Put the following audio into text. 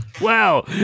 Wow